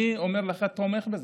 אני אומר לך, אני תומך בזה.